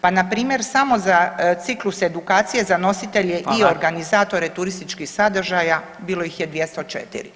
Pa npr. samo za ciklus edukacije za nositelje i organizatore [[Upadica: Hvala.]] turističkih sadržaja bilo ih je 204.